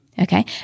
Okay